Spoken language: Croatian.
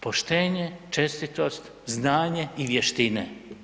Poštenje, čestitost, znanje i vještine.